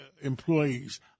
employees